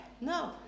no